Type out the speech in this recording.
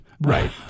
Right